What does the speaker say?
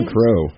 Crow